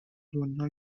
دنیا